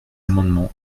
amendements